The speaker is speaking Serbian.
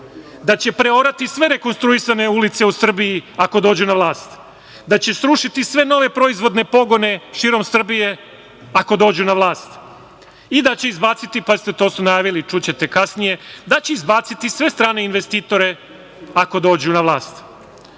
da će preorati sve rekonstruisane ulice u Srbiji, da će srušiti sve nove proizvodne pogone širom Srbije, ako dođu na vlast i da će izbaciti, pazite, to su najavili, čućete kasnije, da će izbaciti sve strane investitore, ako dođu na vlast. Đilas